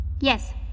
Yes